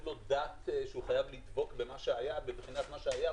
לו דת שהוא חייב לדבוק במה שהיה ומבחינת מה שהיה,